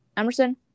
Emerson